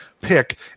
pick